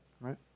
right